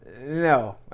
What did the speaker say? No